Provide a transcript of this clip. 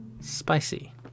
spicy